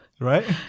right